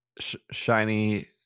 Shiny